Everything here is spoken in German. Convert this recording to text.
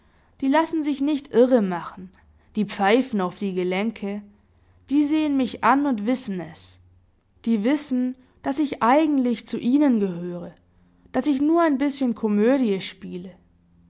die lassen sich nicht irremachen die pfeifen auf die gelenke die sehen mich an und wissen es die wissen daß ich eigentlich zu ihnen gehöre daß ich nur ein bißchen komödie spiele